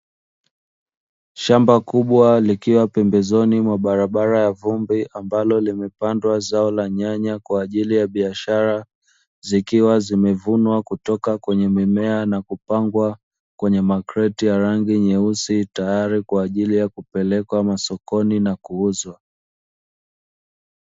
Shamba kubwa likiwa pembezoni mwa barabara ya vumbi ambalo limepandwa zao la nyanya kwa ajili ya biashara, zikiwa zimevunwa kutoka kwenye mimea na kupangwa kwenye makreti ya rangi nyeusi tayari kwa ajili ya kupelekwa masokoni na kuuzwa.